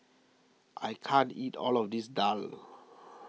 I can't eat all of this Daal